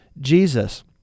Jesus